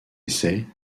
essais